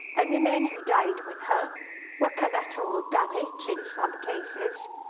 and the men who died with her were collateral damage in some cases.